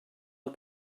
nhw